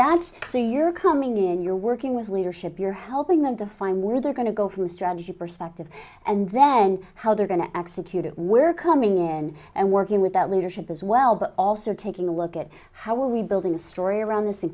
that's so you're coming in you're working with leadership you're helping them define where they're going to go from strategy perspective and then how they're going to execute it we're coming in and working with that leadership as well but also taking a look at how we build a story around th